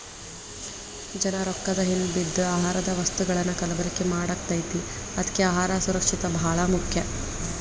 ಜನಾ ರೊಕ್ಕದ ಹಿಂದ ಬಿದ್ದ ಆಹಾರದ ವಸ್ತುಗಳನ್ನಾ ಕಲಬೆರಕೆ ಮಾಡಾಕತೈತಿ ಅದ್ಕೆ ಅಹಾರ ಸುರಕ್ಷಿತ ಬಾಳ ಮುಖ್ಯ